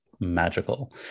magical